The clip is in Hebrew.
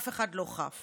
אף אחד לא חף.